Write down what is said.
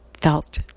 felt